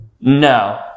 no